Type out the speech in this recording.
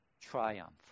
triumph